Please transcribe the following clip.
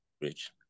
Rich